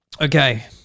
Okay